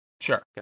Sure